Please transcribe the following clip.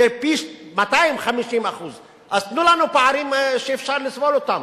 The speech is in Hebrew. זה 250%. אז תנו לנו פערים שאפשר לסבול אותם.